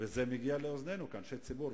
וזה מגיע לאוזנינו כאנשי ציבור.